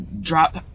drop